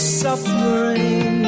suffering